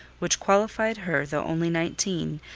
which qualified her, though only nineteen,